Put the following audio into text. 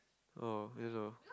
oh